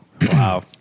Wow